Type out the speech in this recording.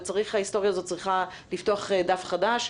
וההיסטוריה הזאת צריכה לפתוח דף חדש.